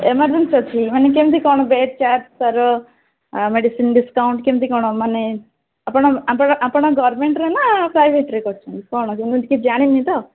emergency ଅଛି ମାନେ କେମିତି କ'ଣ ବେଡ଼୍ ଚାର୍ଜ୍ ତା'ର ମେଡ଼ିସିନ୍ ଡିସକାଉଣ୍ଟ୍ କେମିତି କ'ଣ ମାନେ ଆପଣ ଆପଣ ଆପଣ ଗଭର୍ଣ୍ଣମେଣ୍ଟ୍ ନା ପ୍ରାଇଭେଟ୍ରେ କରିଛନ୍ତି କ'ଣ ମୁଁ କିଛି ଜାଣିନି ତ